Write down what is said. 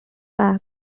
back